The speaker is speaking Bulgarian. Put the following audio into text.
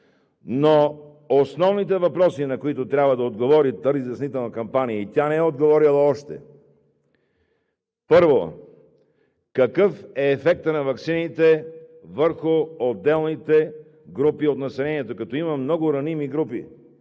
но основните въпроси, на които трябва да отговори тази разяснителна кампания и тя не е отговорила още, първо, какъв е ефектът на ваксините върху отделните групи от населението, като има много раними групи?